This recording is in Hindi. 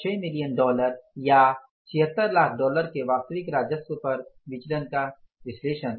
76 मिलियन डॉलर या 76 लाख डॉलर के वास्तविक राजस्व स्तर पर विचलन का विश्लेषण